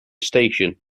station